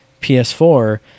PS4